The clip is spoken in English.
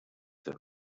him